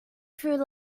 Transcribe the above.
through